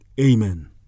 Amen